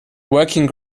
working